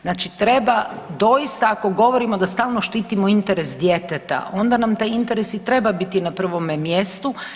Znači, treba doista ako govorimo da stalno štitimo interes djeteta onda nam taj interes i treba biti na prvome mjestu.